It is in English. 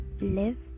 Live